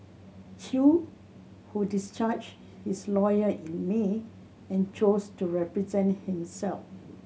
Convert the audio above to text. Chew who discharged his lawyer in May and chose to represent himself